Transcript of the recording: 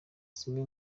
zimwe